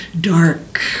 dark